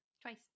Twice